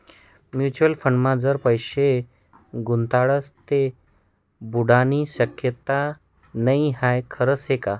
Mutual फंडमा जर पैसा गुताडात ते बुडानी शक्यता नै हाई खरं शेका?